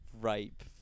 rape